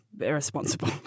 irresponsible